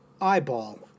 eyeball